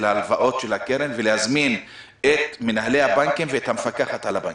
לעניין ההלוואות של הקרן ולהזמין את מנהלי הבנקים ואת המפקחת על הבנקים.